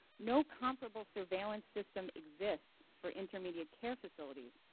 no comparable surveillance system exists for intermediate care facilities.